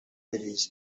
بریز